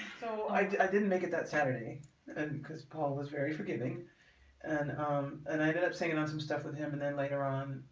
so i didn't make it that saturday and because paul was very forgiving and um and i ended up singing on some stuff with and then later on